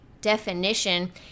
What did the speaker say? definition